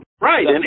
right